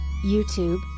YouTube